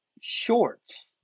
Shorts